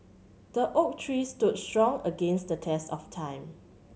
the oak tree stood strong against the test of time